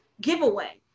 giveaway